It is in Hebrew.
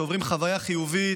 שעוברים חוויה חיובית,